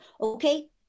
Okay